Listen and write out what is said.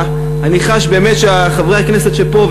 אני חש באמת שחברי הכנסת שפה,